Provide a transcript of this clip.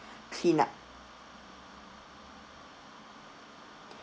cleaned up